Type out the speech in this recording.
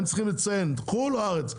הם צריכים לציין אם חו"ל או הארץ.